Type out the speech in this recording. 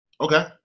Okay